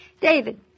David